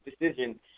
decision